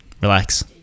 relax